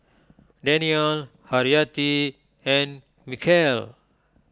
Daniel Haryati and Mikhail